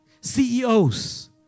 CEOs